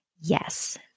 Yes